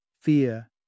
fear